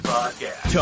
Podcast